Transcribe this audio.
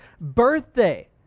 birthday